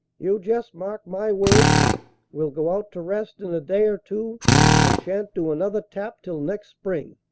you just mark my words we'll go out to rest in a day or two and shan't do another tap till next spring.